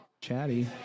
Chatty